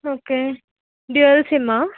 okay dual సిమ్మా